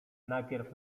najpierw